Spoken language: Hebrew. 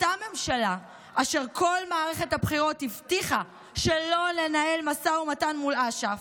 אותה ממשלה אשר כל מערכת הבחירות הבטיחה שלא לנהל משא ומתן מול אש"ף,